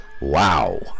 Wow